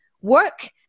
work